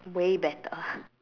way better